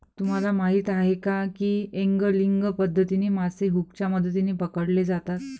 तुम्हाला माहीत आहे का की एंगलिंग पद्धतीने मासे हुकच्या मदतीने पकडले जातात